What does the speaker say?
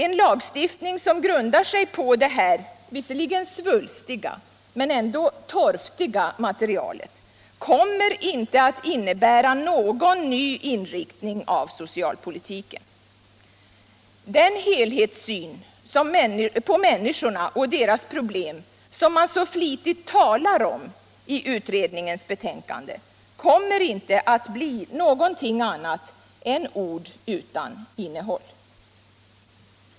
En lagstiftning som bygger på detta visserligen svulstiga men ändå torftiga material kommer inte att innebära någon ny inriktning av soctialpolitiken. Den helhetssyn på människorna och deras problem som man så fliugt talar om i utredningens betänkande kommer inte att bli någonting annat än ord utan innehåll.